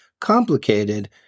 complicated